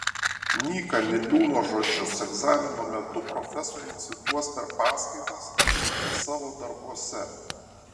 nyka niliūno žodžius egzamino metu profesoriai cituos per paskaitas ir savo darbuose